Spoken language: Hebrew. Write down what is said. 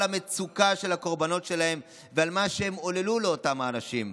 המצוקה של הקורבנות שלהם ועל מה שהם עוללו לאותם האנשים.